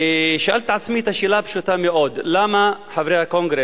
שאלתי את עצמי את השאלה הפשוטה מאוד: למה חברי הקונגרס,